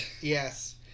Yes